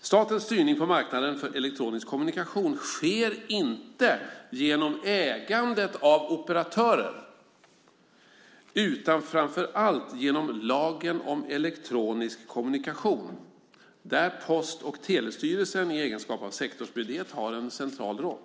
Statens styrning på marknaden för elektronisk kommunikation sker inte genom ägandet av operatörer utan framför allt genom lagen om elektronisk kommunikation, där Post och telestyrelsen i egenskap av sektorsmyndighet har en central roll.